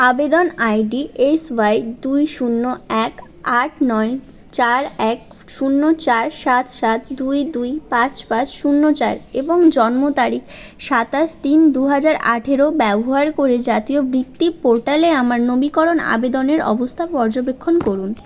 আবেদন ID SY দুই শূন্য এক আট নয় চার এক শূন্য চার সাত সাত দুই দুই পাঁচ পাঁচ শূন্য চার এবং জন্ম তারিখ সাতাশ তিন দু হাজার আঠারো ব্যবহার করে জাতীয় বৃত্তি পোর্টালে আমার নবীকরণ আবেদনের অবস্থা পর্যবেক্ষণ করুন